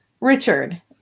Richard